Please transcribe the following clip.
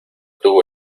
tuvo